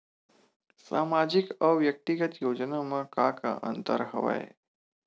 सामाजिक अउ व्यक्तिगत योजना म का का अंतर हवय?